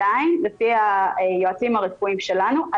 לפי היועצים הרפואיים שלנו,